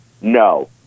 No